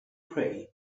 pray